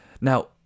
Now